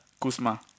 Kusma